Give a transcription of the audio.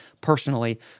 personally